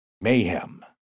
mayhem